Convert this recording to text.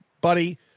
buddy